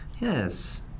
Yes